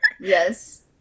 Yes